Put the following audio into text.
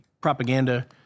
propaganda